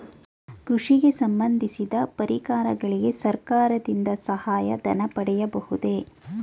ಕೃಷಿಗೆ ಸಂಬಂದಿಸಿದ ಪರಿಕರಗಳಿಗೆ ಸರ್ಕಾರದಿಂದ ಸಹಾಯ ಧನ ಪಡೆಯಬಹುದೇ?